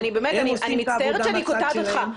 אני מצטערת שאני קוטעת אותך,